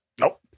Nope